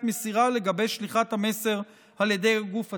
מסירה לגבי שליחת המסר על ידי הגוף הציבורי.